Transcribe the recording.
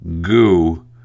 goo